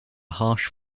harsh